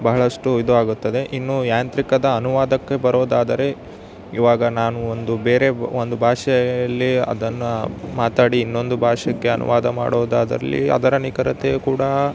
ಬಹಳಷ್ಟು ಇದು ಆಗುತ್ತದೆ ಇನ್ನು ಯಾಂತ್ರಿಕದ ಅನುವಾದಕ್ಕೆ ಬರೋದಾದರೆ ಇವಾಗ ನಾನು ಒಂದು ಬೇರೆ ಒಂದು ಭಾಷೆಯಲ್ಲಿ ಅದನ್ನು ಮಾತಾಡಿ ಇನ್ನೊಂದು ಭಾಷೆಗೆ ಅನುವಾದ ಮಾಡೋದಾದಲ್ಲಿ ಅದರ ನಿಖರತೆಯು ಕೂಡ